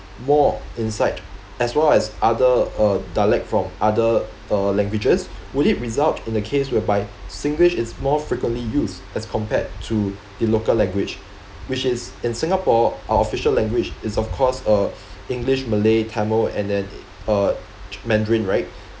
more inside as well as other uh dialect from other uh languages would it result in the case whereby singlish is more frequently used as compared to the local language which is in singapore our official language is of course uh english malay tamil and then uh mandarin right